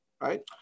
right